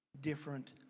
different